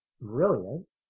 brilliant